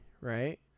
right